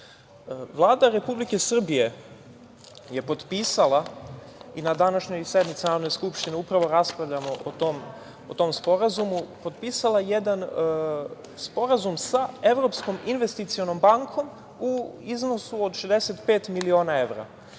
Republike Srbije je potpisala i na današnjoj sednici Narodne skupštine upravo raspravljamo o tom sporazumu, potpisala jedan sporazum sa Evropskom investicionom bankom u iznosu od miliona evra.